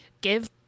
Give